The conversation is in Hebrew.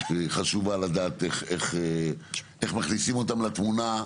חשובה לדעת איך מכניסים אותם לתמונה,